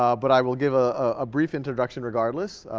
um but i will give a ah brief introduction regardless.